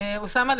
אוסאמה,